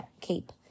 cape